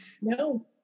No